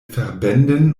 verbänden